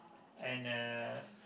and uh